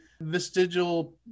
Vestigial